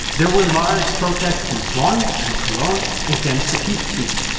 there were large protests in bonn and cologne against the peace treaty.